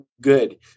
good